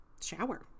shower